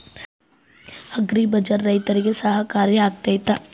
Agri ಬಜಾರ್ ರೈತರಿಗೆ ಸಹಕಾರಿ ಆಗ್ತೈತಾ?